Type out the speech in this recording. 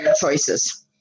choices